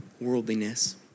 worldliness